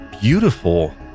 beautiful